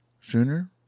sooner